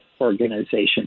organization